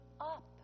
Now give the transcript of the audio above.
up